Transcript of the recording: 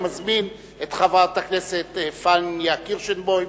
אני מזמין את חברת הכנסת פניה קירשנבאום.